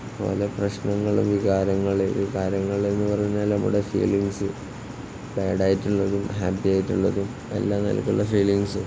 അതുപോലെ പ്രശ്നങ്ങളും വികാരങ്ങളും വികാരങ്ങളന്ന് പറഞ്ഞാൽ നമ്മുടെ ഫീലിങ്സ് ബാഡായിട്ടുള്ളതും ഹാപ്പിയായിട്ടുള്ളതും എല്ലാ നിലയ്ക്കുമുള്ള ഫീലിങ്സ്